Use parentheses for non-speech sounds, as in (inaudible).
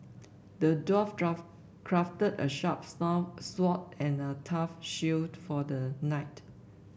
the dwarf (unintelligible) crafted a sharp (unintelligible) sword and a tough shield for the knight